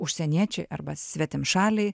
užsieniečiai arba svetimšaliai